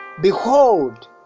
Behold